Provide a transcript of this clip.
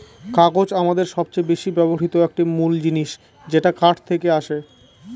কাগজ আমাদের সবচেয়ে বেশি ব্যবহৃত একটি মূল জিনিস যেটা কাঠ থেকে আসে